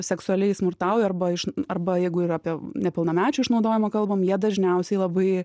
seksualiai smurtauja arba iš arba jeigu ir apie nepilnamečių išnaudojimą kalbam jie dažniausiai labai